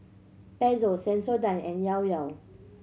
Pezzo Sensodyne and Llao Llao